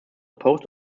post